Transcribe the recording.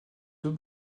deux